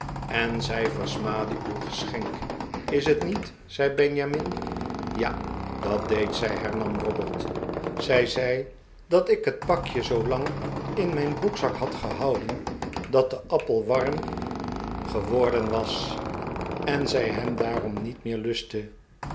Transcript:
en zij versmaadde uw geschenk is het met zei benjamin ja dat deed zij hernam robert zij zei dat ik het pakje zoolang in mijn broekzak had gehouden dat de appelwarm geworden was en zij hem daarom niet meer lustte